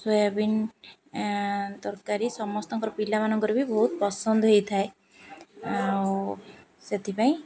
soybean ତରକାରୀ ସମସ୍ତଙ୍କର ପିଲାମାନଙ୍କର ବି ବହୁତ ପସନ୍ଦ ହେଇଥାଏ ଆଉ ସେଥିପାଇଁ